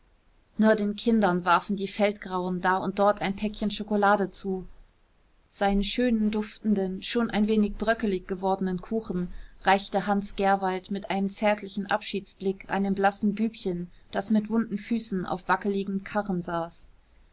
nur den kindern warfen die feldgrauen da und dort ein päckchen schokolade zu seinen schönen duftenden schon ein wenig bröckelig gewordenen kuchen reichte hans gerwald mit einem zärtlichen abschiedsblick einem blassen bübchen das mit wunden füßen auf wackeligem karren saß